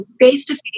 face-to-face